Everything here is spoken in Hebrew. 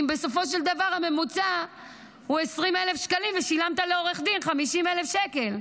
אם בסופו של דבר הממוצע הוא 20,000 שקלים ושילמת לעורך דין 50,000 שקל?